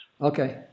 Okay